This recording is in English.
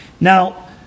Now